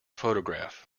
photograph